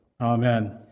Amen